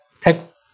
text